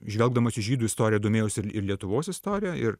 žvelgdamas į žydų istoriją domėjausi ir ir lietuvos istorija ir